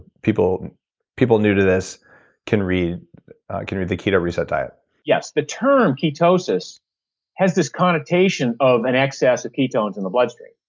people people new to this can read can read the keto reset diet yes, the term ketosis has this connotation of an excess of ketones in the bloodstream.